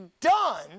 done